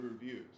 reviews